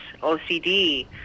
OCD